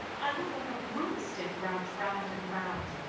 i look like a broomstick wrapped round and round.